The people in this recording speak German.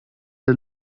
der